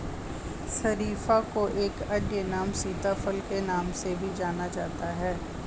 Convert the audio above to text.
शरीफा को एक अन्य नाम सीताफल के नाम से भी जाना जाता है